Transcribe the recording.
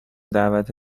دعوت